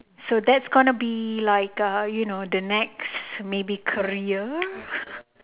so that's gonna be like uh you know the next maybe career